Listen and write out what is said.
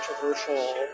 controversial